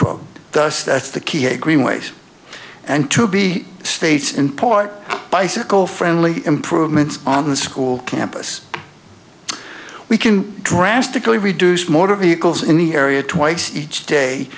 thus that's the key a greenways and to be states in part bicycle friendly improvements on the school campus we can drastically reduce motor vehicles in the area twice each day